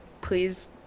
please